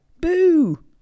Boo